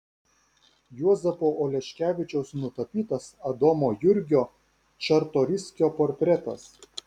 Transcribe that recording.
juozapo oleškevičiaus nutapytas adomo jurgio čartoriskio portretas